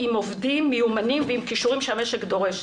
עם עובדים מיומנים ועם כישורים שהמשק דורש.